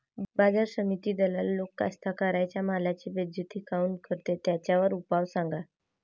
बाजार समितीत दलाल लोक कास्ताकाराच्या मालाची बेइज्जती काऊन करते? त्याच्यावर उपाव सांगा